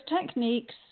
techniques